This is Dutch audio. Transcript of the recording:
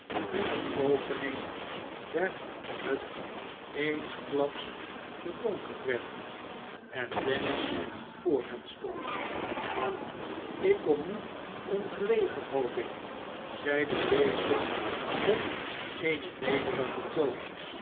toen de opening der hut eensklaps verdonkerd werd en dennis voor hen stond zonderling gedrag van dennis s ik kom niet ongelegen hoop ik zeide deze op een nederigen oon